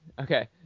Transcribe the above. okay